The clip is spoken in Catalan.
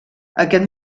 aquest